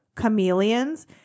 Chameleons